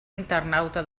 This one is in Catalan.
internauta